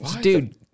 Dude